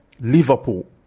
Liverpool